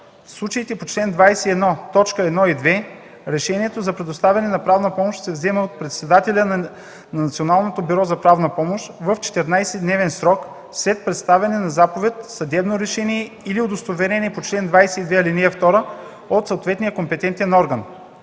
случаите по чл. 21, т. 1 и 2 решението за предоставяне на правна помощ се взема от председателя на Националното бюро за правна помощ в 14-дневен срок след представяне на заповед, съдебно решение или удостоверение по чл. 22, ал. 2 от съответния компетентен орган.